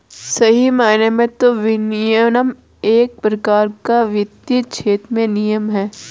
सही मायने में तो विनियमन एक प्रकार का वित्तीय क्षेत्र में नियम है